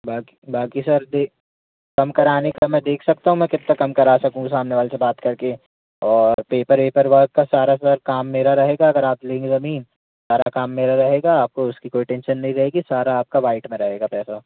बाकी बाकी सर कम कराने का मैं देख सकता हूँ मैं कितना कम करा सकूँगा सामने वाले से बात करके और पेपर वेपर वर्क का सारा सर काम मेरा रहेगा अगर आप लेंगे ज़मीन सारा काम मेरा रहेगा आपको उसकी कोई टेंशन नहीं रहेगी सारा आपका वाइट में रहेगा पैसा